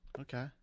Okay